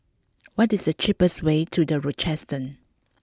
what is the cheapest way to The Rochester